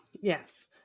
Yes